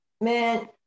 man